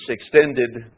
extended